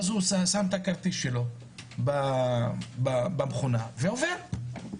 הוא שם את הכרטיס שלו במכונה, ועובר.